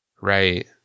right